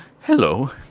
hello